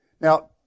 Now